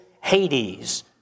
Hades